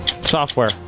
Software